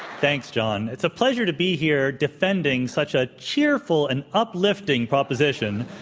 thanks, john. it's a pleasure to be here defending such a cheerful and uplifting proposition,